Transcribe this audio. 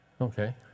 Okay